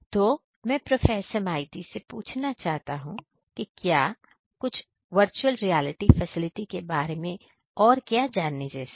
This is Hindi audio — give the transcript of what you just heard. तो मैं प्रोफेसर माइती से पूछना चाहता हूं की क्या और कुछ वर्चुअल रियालिटी फैसिलिटी के बारे में जानने जैसा है